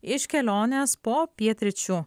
iš kelionės po pietryčių